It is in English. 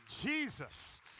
Jesus